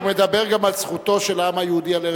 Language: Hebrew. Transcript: הוא מדבר גם על זכותו של העם היהודי על ארץ-ישראל,